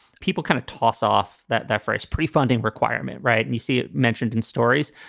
people kind of toss off that that phrase prefunding requirement. right. and you see it mentioned in stories.